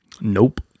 nope